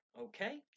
okay